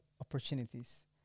opportunities